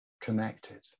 connected